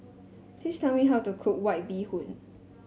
please tell me how to cook White Bee Hoon